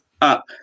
up